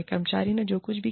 कर्मचारी ने जो कुछ भी किया